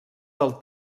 del